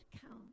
count